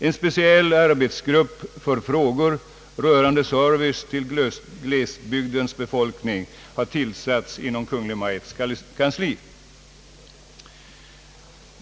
En speciell arbetsgrupp för frågor rörande service till glesbygdsbefolkningen har tillsatts inom Kungl. Maj:ts kansli.